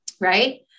right